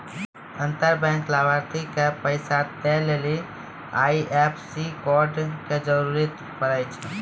अंतर बैंक लाभार्थी के पैसा दै लेली आई.एफ.एस.सी कोड के जरूरत पड़ै छै